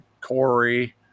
Corey